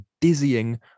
dizzying